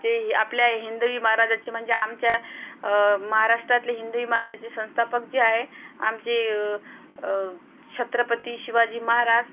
जे हे आपल्या हिंदवी महाराजाची म्हणजे आमच्या महाराष्ट्रातले हिंदवी महाराजाचे संस्थापक जे आहे आमचे छत्रपती शिवाजी महाराज